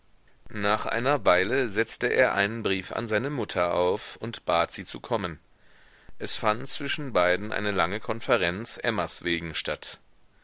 nach einer weile setzte er einen brief an seine mutter auf und bat sie zu kommen es fand zwischen beiden eine lange konferenz emmas wegen statt